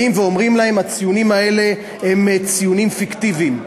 באים ואומרים להם: הציונים האלה הם ציונים פיקטיביים.